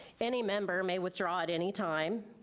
any member may withdraw at any time,